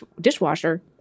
dishwasher